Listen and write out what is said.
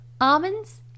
almonds